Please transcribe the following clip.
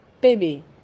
baby